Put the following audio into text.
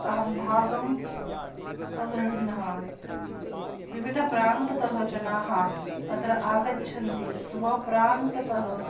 अहं भागम् अगृह्णः विविधप्रान्ततः जनाः अत्र आगच्छन्ति स्वप्रान्ततः